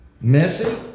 messy